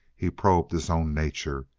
he probed his own nature.